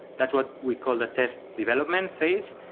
that's what we call the test development phase.